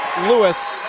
Lewis